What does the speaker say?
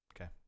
Okay